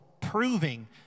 proving